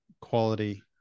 quality